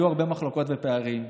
יהיו הרבה מחלוקות ופערים.